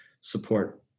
support